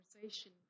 conversation